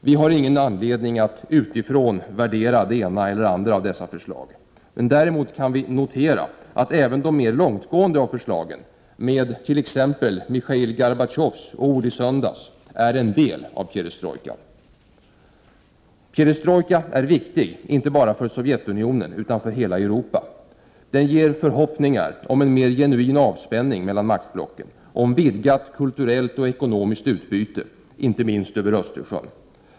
Vi har ingen anledning att utifrån 39 värdera det ena eller andra av dessa förslag. Däremot kan vi notera att även de mer långtgående av förslagen, med t.ex. Michail Gorbatjovs ord i söndags, är en del av perestrojkan. Perestrojkan är viktig, inte bara för Sovjetunionen utan för hela Europa. Den ger förhoppningar om en mer genuin avspänning mellan maktblocken och om vidgat kulturellt och ekonomiskt utbyte, inte minst över Östersjön.